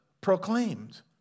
proclaimed